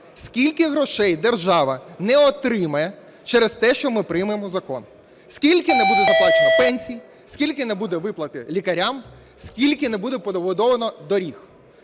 скільки грошей держава не отримає через те, що ми приймемо закон. Скільки не буде виплачено пенсій, скільки не буде виплачено лікарям, скільки не буде добудовано доріг?